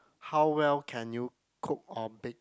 how well can you cook or bake